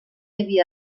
havia